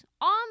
on